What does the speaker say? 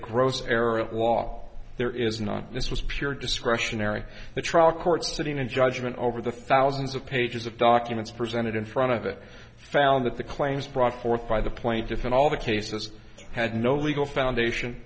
gross error of law there is not this was pure discretionary the trial court sitting in judgment over the thousands of pages of documents presented in front of it found that the claims brought forth by the plaintiff and all the cases had no legal foundation